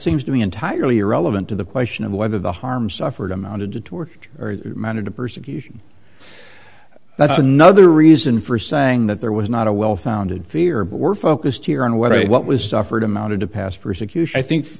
seems to me entirely irrelevant to the question of whether the harm suffered amounted to torture or mattered to persecution that's another reason for saying that there was not a well founded fear but we're focused here on whether what was offered amounted to past persecution i think